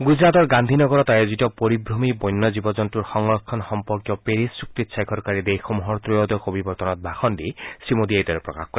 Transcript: গুজৰাটৰ গান্ধী নগৰত আয়োজিত পৰিভ্ৰমী বন্য জীৱ জন্তু সংৰক্ষণ সম্পৰ্কীয় পেৰিছ চুক্তিত স্বাক্ষৰকাৰী দেশসমূহৰ ত্ৰয়োদশ অভিৱৰ্তনত ভাষন দি শ্ৰীমোদীয়ে এইদৰে প্ৰকাশ কৰে